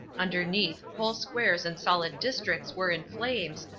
underneath whole squares and solid districts were in flames,